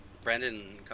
Brandon